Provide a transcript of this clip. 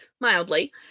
mildly